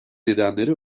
nedenleri